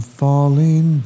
falling